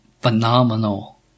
phenomenal